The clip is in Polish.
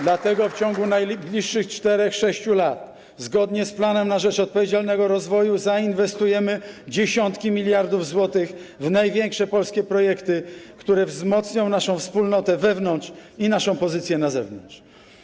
Dlatego w ciągu najbliższych 4–6 lat, zgodnie z „Planem na rzecz odpowiedzialnego rozwoju”, zainwestujemy dziesiątki miliardów złotych w największe polskie projekty, które wzmocnią naszą wspólnotę wewnątrz i naszą pozycję na zewnątrz.